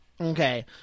okay